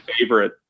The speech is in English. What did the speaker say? favorite